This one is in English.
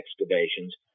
excavations